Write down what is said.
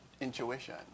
intuition